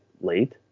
late